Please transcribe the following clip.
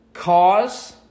Cause